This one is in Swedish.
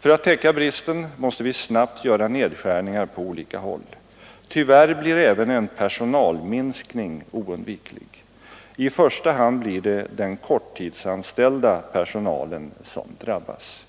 För att täcka bristen måste vi snabbt göra nedskärningar på olika håll. Tyvärr blir även en personalminskning oundviklig. I första hand blir det den korttidsanställda personalen som drabbas.”